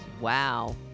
Wow